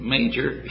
Major